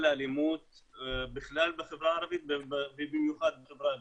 האלימות בכלל בחברה הערבית ובמיוחד בחברה הבדואית.